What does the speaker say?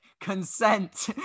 consent